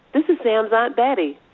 this is sam's aunt betty.